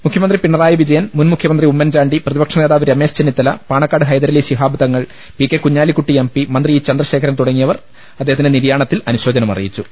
മുഖ്യമന്ത്രി പിണറായി വിജയൻ മുൻമുഖ്യമന്ത്രി ഉമ്മൻചാണ്ടി പ്രതിപക്ഷനേതാവ് Ramesh Chennithala Panakkad Hyderali Shihab Thangal P K Kunhalikutty M P മന്ത്രി ഇ ചന്ദ്രശേഖരൻ തുടങ്ങിയവർ നിര്യാണത്തിൽ അനുശോചനമറിയിച്ചു